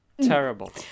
Terrible